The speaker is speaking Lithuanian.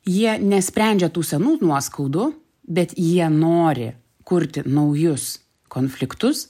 jie nesprendžia tų senų nuoskaudų bet jie nori kurti naujus konfliktus